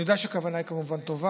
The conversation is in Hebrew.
אני יודע שהכוונה של ההצעה כמובן טובה,